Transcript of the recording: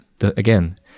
again